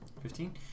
Fifteen